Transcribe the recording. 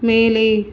மேலே